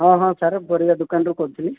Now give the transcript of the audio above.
ହଁ ହଁ ସାର୍ ମୁଁ ପରିବା ଦୋକାନରୁ କହୁଥିଲି